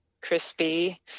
crispy